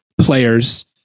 players